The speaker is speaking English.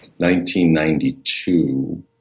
1992